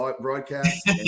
broadcast